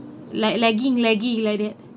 like lagging lagging like that